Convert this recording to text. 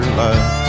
life